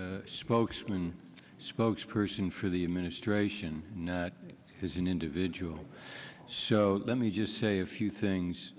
a spokesman spokesperson for the administration as an individual so let me just say a few things